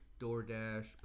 DoorDash